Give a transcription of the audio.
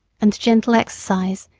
and gentle exercise,